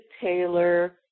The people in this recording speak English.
Taylor